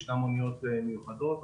יש אוניות מיוחדות,